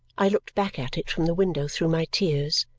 i looked back at it from the window through my tears.